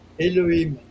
Elohim